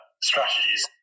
strategies